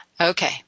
Okay